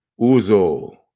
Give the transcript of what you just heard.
Uzo